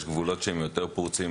יש גבולות שהם יותר פרוצים,